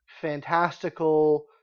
fantastical